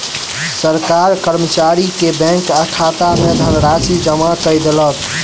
सरकार कर्मचारी के बैंक खाता में धनराशि जमा कय देलक